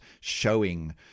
showing